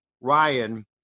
Ryan